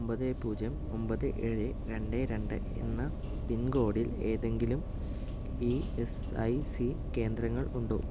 ഒമ്പത് പൂജ്യം ഒമ്പത് ഏഴ് രണ്ട് രണ്ട് എന്ന പിൻകോഡിൽ ഏതെങ്കിലും ഇ എസ്ഐ സി കേന്ദ്രങ്ങൾ ഉണ്ടോ